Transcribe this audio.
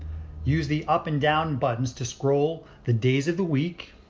use the up and down buttons to scroll the days of the week.